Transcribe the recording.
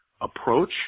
approach